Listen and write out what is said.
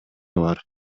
бар